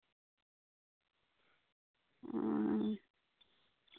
ᱚ